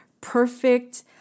perfect